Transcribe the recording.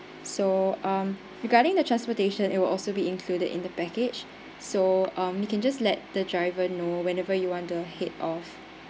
so um regarding the transportation it will also be included in the package so um you can just let the driver know whenever you want the head off